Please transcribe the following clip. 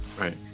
Right